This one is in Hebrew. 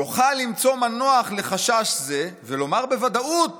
"יוכל למצוא מנוח לחשש זה ולומר בוודאות